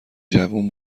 جوون